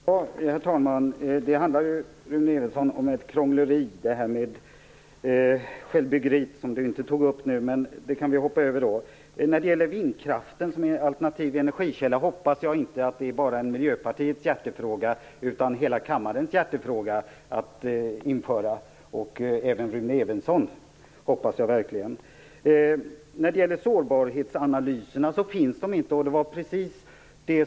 Herr talman! Det här med självbyggeri innebär ett "krångleri". Rune Evensson sade ingenting om detta, men vi kan hoppa över det nu. Jag hoppas att införandet av vindkraft som alternativ energikälla inte bara är Miljöpartiets hjärtefråga utan hela kammarens och även Rune Evenssons hjärtefråga. Det hoppas jag verkligen.